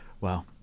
Wow